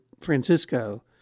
Francisco